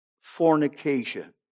fornication